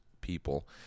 people